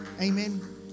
Amen